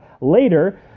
Later